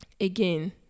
again